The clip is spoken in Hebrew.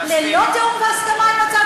אני לא, מה שחולק שם, מה שהועבר לעיוננו.